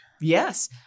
Yes